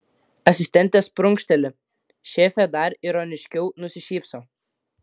asistentės prunkšteli šefė dar ironiškiau nusišypso